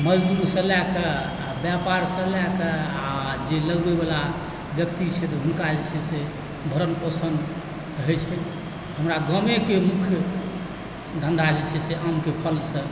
मजदूरसँ लएके व्यापारसँ लएके आ जे लगबै वाला व्यक्ति छथि हुनका जे छै से भरण पोषण होइत छै हमरा गामेके मुख्य धन्धा जे छै से आमेके फलसँ